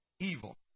evil